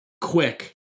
quick